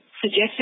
suggested